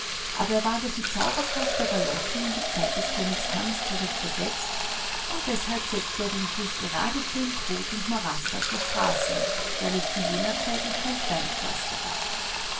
aber er war durch die zauberkraft der galoschen in die zeit des königs hans zurückversetzt und deshalb setzte er den fuß geradezu in kot und morast auf die straße weil es zu jener zeit noch kein steinpflaster gab